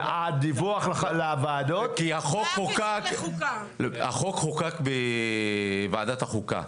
החוק חוקק בוועדת החוקה.